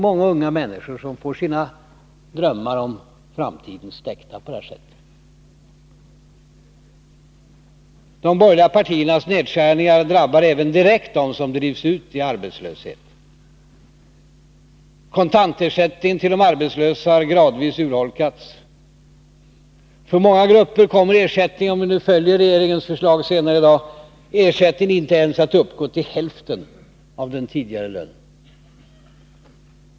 Många unga människor får sina drömmar om framtiden stäckta på det här sättet. De borgerliga partiernas nedskärningar drabbar även direkt dem som drivs ut i arbetslösheten. Kontantersättningen till de arbetslösa har gradvis urholkats. För många grupper kommer ersättningen, om riksdagen följer regeringens förslag senare i dag, inte att uppgå till mer än hälften av den tidigare lönen.